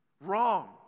wrong